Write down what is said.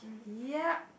ya